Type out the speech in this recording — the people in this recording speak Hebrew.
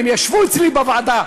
הם ישבו אצלי בוועדה.